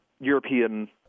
European